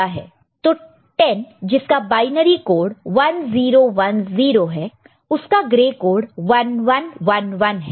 तो 10 जिसका binary code 1 0 1 0 है उसका ग्रे कोड 1 1 1 1 है